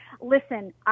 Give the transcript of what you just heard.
listen